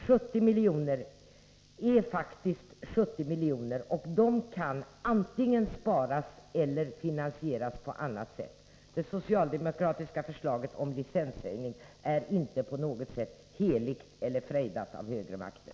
70 miljoner är faktiskt 70 miljoner, och de kan antingen sparas eller finansieras på annat sätt. Det socialdemokratiska förslaget om licenshöjning är inte på något sätt heligt eller fredat av högre makter.